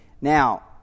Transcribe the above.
Now